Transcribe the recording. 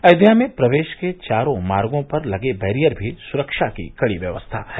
अयोध्या में प्रवेश के चारों मार्गो पर लगे बैरियर पर भी सुरक्षा की कड़ी व्यवस्था है